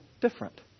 different